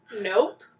Nope